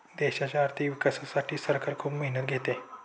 देशाच्या आर्थिक विकासासाठी सरकार खूप मेहनत घेते